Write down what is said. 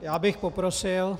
Já bych poprosil,